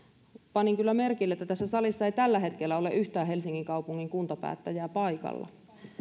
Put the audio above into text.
panin kyllä merkille että tässä salissa ei tällä hetkellä ole yhtään helsingin kaupungin kuntapäättäjää paikalla